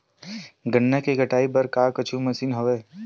गन्ना के कटाई बर का कुछु मशीन हवय?